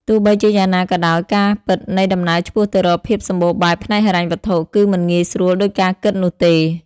ទោះបីជាយ៉ាងណាក៏ដោយ ការពិតនៃដំណើរឆ្ពោះទៅរកភាពសម្បូរបែបផ្នែកហិរញ្ញវត្ថុ គឺមិនងាយស្រួលដូចការគិតនោះទេ។